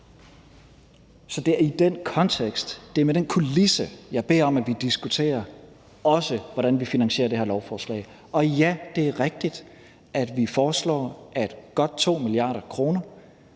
og det er med den kulisse, jeg også beder om, at vi diskuterer, hvordan vi finansierer det her lovforslag, og ja, det er rigtigt, at vi foreslår, at godt 2 mia. kr.